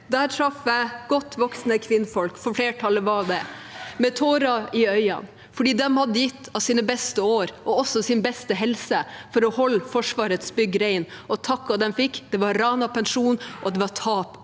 GSV traff jeg godt voksne kvinnfolk, for flertallet var det, med tårer i øynene, for de hadde gitt av sine beste år og sin beste helse for å holde Forsvarets bygg rene, og takken de fikk, var ran av pensjon og tap